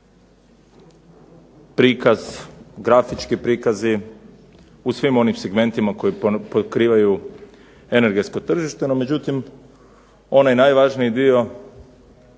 prikaz, grafički prikazi u svim onim segmentima koji pokrivaju energetsko tržište. No međutim, onaj najvažniji dio